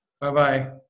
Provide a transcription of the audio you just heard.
Bye-bye